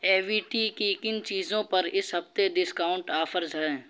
اے V T کی کن چیزوں پر اس ہفتے ڈسکاؤنٹ آفرز ہیں